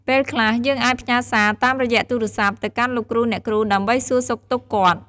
ពេលខ្លះយើងអាចផ្ញើរសាតាមរយៈទូរស័ព្ទទៅកាន់លោកគ្រូអ្នកគ្រូ ដើម្បីសួរសុខទុក្ខគាត់។